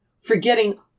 forgetting